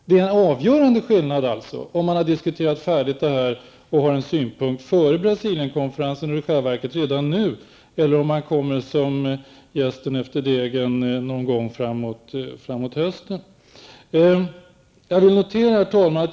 Det är alltså en avgörande skillnad, om man har diskuterat igenom det hela och har en synpunkt före Brasilienkonferensen, i själva verket redan nu, eller om man kommer som jästen efter degen framemot hösten. Herr talman!